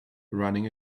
running